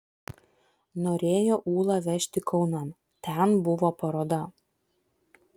norėjo ūlą vežti kaunan ten buvo paroda